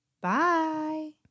Bye